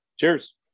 Cheers